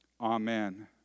amen